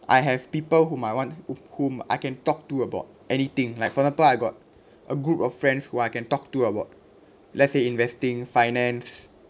I have people who might want who whom I can talk to about anything like for example I got a group of friends who I can talk to about let's say investing finance